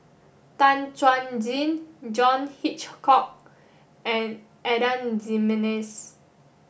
Tan Chuan Jin John Hitchcock and Adan Jimenez